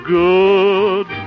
good